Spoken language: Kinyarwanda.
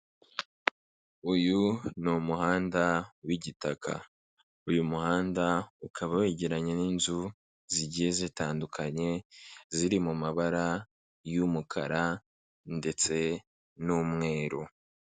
Uyu ni umuhanda w'igitaka, uyu muhanda ukaba wegeranye n'inzu zigiye zitandukanye ziri mu mabara y'umukara ndetse n'umweru.